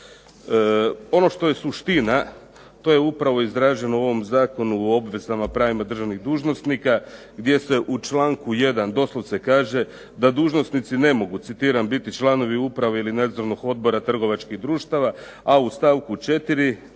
Ono što je suština to je upravo izraženo u ovom Zakonu o obvezama i pravima državnih dužnosnika gdje se u članku 1. doslovce kaže da dužnosnici ne mogu, citiram: "biti članovi uprave ili nadzornog odbora trgovačkih društava", a u stavku 4.